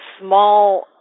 small